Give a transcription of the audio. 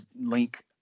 Link